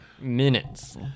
minutes